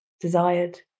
desired